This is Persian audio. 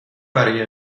برای